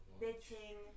bitching